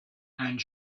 and